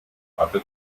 atât